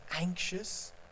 anxious